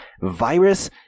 virus